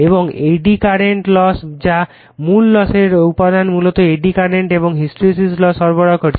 সুতরাং eddy current loss যা মূল লসের উপাদান মূলত এডি কারেন্ট এবং হিস্টেরেসিস লস সরবরাহ করছে